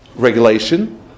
Regulation